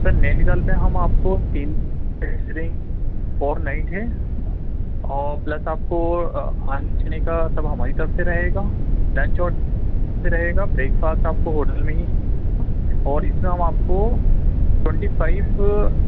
سر نینی تال پہ ہم آپ کو تین فور نائٹ ہے اور پلس آپ کو آنے جانے کا سب ہماری طرف سے رہے گا لنچ اور رہے گا بریک فاسٹ آپ کو ہوٹل میں ہی ملے گا اور اس میں ہم آپ کو ٹونٹی فائیو